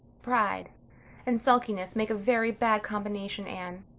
pride and sulkiness make a very bad combination, anne.